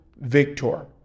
victor